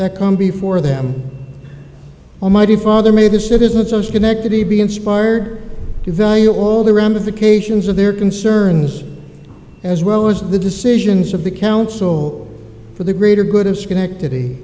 that come before them almighty father made a citizen so schenectady be inspired to value all the ramifications of their concerns as well as the decisions of the council for the greater good of schenectady